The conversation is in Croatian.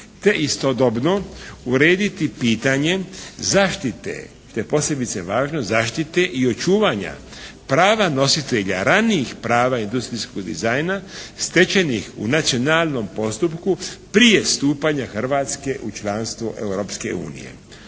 je posebice važno zaštite i očuvanja prava nositelja ranijih prava industrijskog dizajna stečajnih u nacionalnom postupku prije stupanja Hrvatske u članstvo Europske unije.